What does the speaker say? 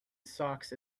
socks